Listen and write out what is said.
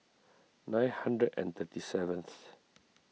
nine hundred and thirty seventh